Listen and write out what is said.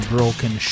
Broken